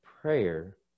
prayer